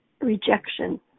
rejection